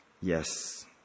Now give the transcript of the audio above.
Yes